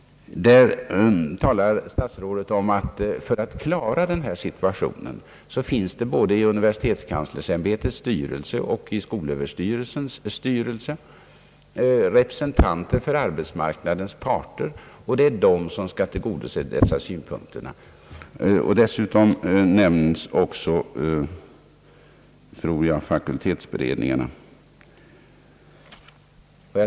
För att klara denna situation finns det, enligt vad statsrådet framhöll, både i universitetskanslersämbetets styrelse och i skolöverstyrelsens styrelse representanter för arbetsmaknadens parter, vilka representanter skall tillvarata dessa synpunkter. Dessutom nämndes också, tror jag, fakultetsberedningarna.